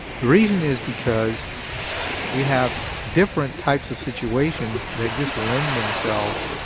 the reason is because we have different types of situations that just lend themselves